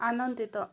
ଆନନ୍ଦିତ